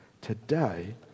Today